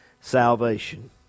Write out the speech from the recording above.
salvation